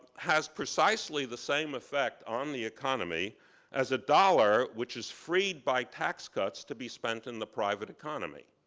has precisely the same effect on the economy as a dollar which is freed by tax cuts to be spent in the private economy.